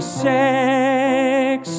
sex